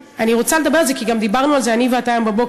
אני רוצה לדבר על זה כי גם דיברנו על זה אני ואתה היום בבוקר,